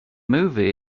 movie